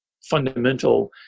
fundamental